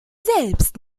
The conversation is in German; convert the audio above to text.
selbst